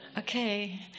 Okay